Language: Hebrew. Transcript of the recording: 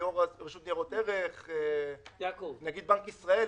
יו"ר הרשות לניירות ערך ונגיד בנק ישראל.